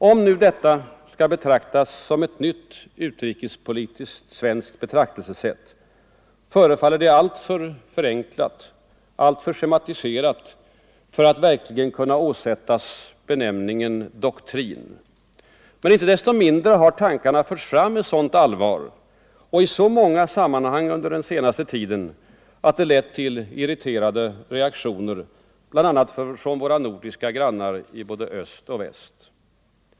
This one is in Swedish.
Om nu detta skall betraktas som en ny utrikespolitisk svensk doktrin, förefaller den många gånger alltför förenklad, alltför schematiserad för att verkligen kunna åsättas benämningen doktrin. Men inte desto mindre har tankarna under den senaste tiden förts fram med sådant allvar och i så många sammanhang att det har lett till irriterade reaktioner från bl.a. våra nordiska grannar i både öst och väst.